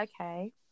okay